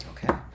Okay